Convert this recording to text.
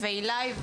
אילאי,